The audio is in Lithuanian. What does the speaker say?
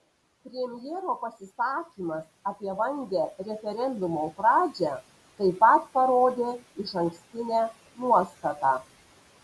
premjero pasisakymas apie vangią referendumo pradžią taip pat parodė išankstinę nuostatą